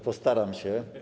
Postaram się.